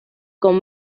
con